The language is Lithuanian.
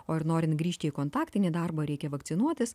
o ir norint grįžti į kontaktinį darbą reikia vakcinuotis